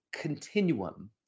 continuum